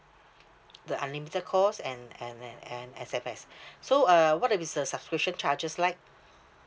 the unlimited calls and and then and S_M_S so uh what are this uh subscription charges like